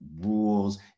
rules